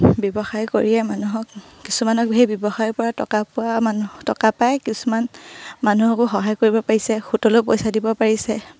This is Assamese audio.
ব্যৱসায় কৰিয়ে মানুহক কিছুমানক সেই ব্যৱসায়ৰপৰা টকা পোৱা মানুহ টকা পায় কিছুমান মানুহকো সহায় কৰিব পাৰিছে সুতলৈয়ো পইচা দিব পাৰিছে